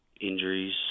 injuries